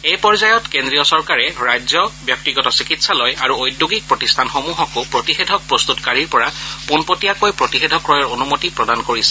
এই পৰ্যায়ত কেন্দ্ৰীয় চৰকাৰে ৰাজ্য ব্যক্তিগত চিকিৎসালয় আৰু ঔদ্যোগিক প্ৰতিষ্ঠানসমূহকো প্ৰতিষেধক প্ৰস্তুতকাৰীৰ পৰা পোনপটীয়াকৈ প্ৰতিষেধক ক্ৰয়ৰ অনুমতি প্ৰদান কৰিছে